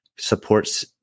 supports